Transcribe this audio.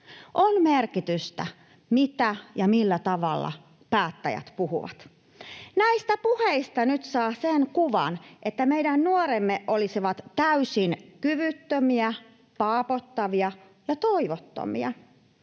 on merkitystä, mitä ja millä tavalla päättäjät puhuvat. Näistä puheista nyt saa sen kuvan, että meidän nuoremme olisivat täysin kyvyttömiä, paapottavia ja toivottomia.